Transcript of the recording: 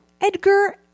Edgar